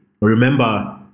remember